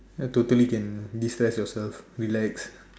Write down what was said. ya totally can destress yourself relax